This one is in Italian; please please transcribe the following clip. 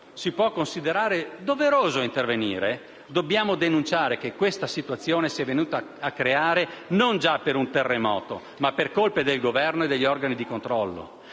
si può considerare doveroso intervenire, dall'altro dobbiamo denunciare che questa situazione si è venuta a creare non già per un terremoto, ma per colpa del Governo e degli organi di controllo,